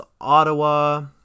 Ottawa